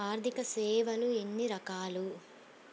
ఆర్థిక సేవలు ఎన్ని రకాలు?